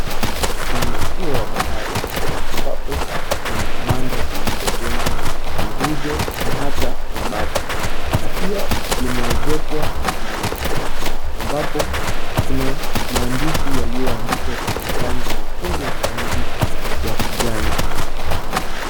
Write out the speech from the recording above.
Kwenye ufuo wa bahari ambapo kuna kibanda kilichojengwa nguzo na hata mabati na pia limeezekwa na makuti ambapo kuna maandishi yaliyoandikwa kwenye rangi nyekundu na rangi ya kijani.